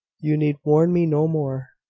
you need warn me no more.